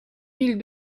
mille